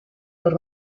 por